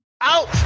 Out